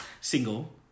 Single